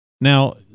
now